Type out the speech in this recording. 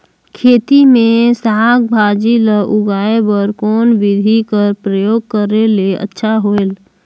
खेती मे साक भाजी ल उगाय बर कोन बिधी कर प्रयोग करले अच्छा होयल?